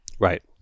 Right